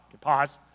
Pause